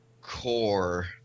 core